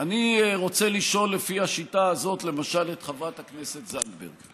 אני רוצה לשאול לפי השיטה הזאת למשל את חברת הכנסת זנדברג: